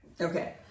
okay